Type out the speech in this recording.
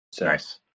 Nice